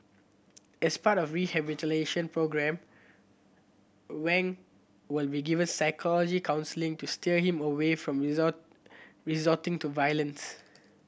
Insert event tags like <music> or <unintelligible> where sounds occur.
as part of rehabilitation programme Wang will be given psychological counselling to steer him away from <unintelligible> resorting to violence